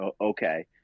okay